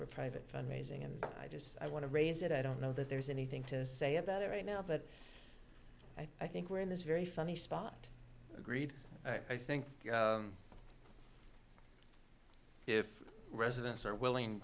for private fund raising and i just i want to raise it i don't know that there's anything to say about it right now but i think we're in this very funny spot agreed i think if residents are willing